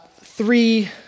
three